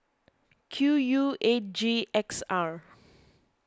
Q U eight G X R